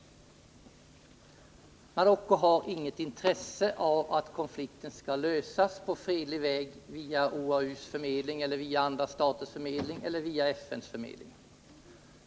Marocko har inget intresse av att konflikten skall lösas på fredlig väg via OAU:s, andra staters eller FN:s förmedling.